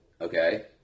okay